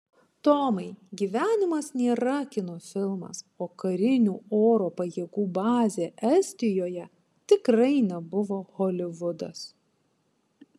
tomai gyvenimas nėra kino filmas o karinių oro pajėgų bazė estijoje tikrai nebuvo holivudas